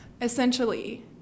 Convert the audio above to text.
essentially